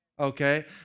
okay